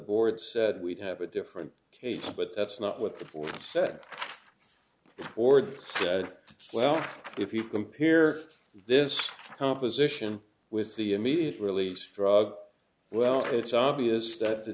board said we'd have a different case but that's not what the glass said the board said well if you compare this composition with the immediate release drug well it's obvious that the